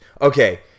Okay